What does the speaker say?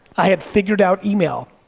i had figured out email.